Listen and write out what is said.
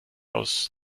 aus